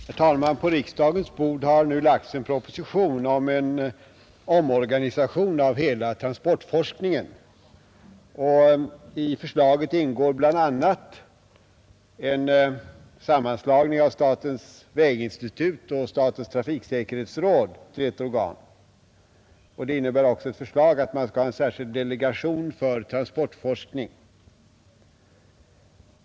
Herr talman! På riksdagen bord har nu lagts en proposition om en omorganisation av hela transportforskningen. I förslaget ingår bl.a. en sammanslagning av statens väginstitut och statens trafiksäkerhetsråd till ett organ. Det föreslås också en särskild delegation för transportforskning.